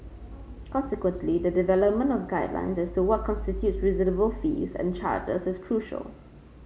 consequently the development of guidelines as to what constitutes reasonable fees and charges is crucial